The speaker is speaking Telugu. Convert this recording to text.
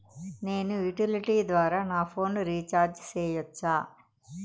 నేను యుటిలిటీ ద్వారా నా ఫోను రీచార్జి సేయొచ్చా?